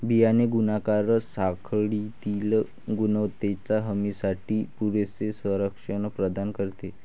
बियाणे गुणाकार साखळीतील गुणवत्तेच्या हमीसाठी पुरेसे संरक्षण प्रदान करते